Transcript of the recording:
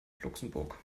luxemburg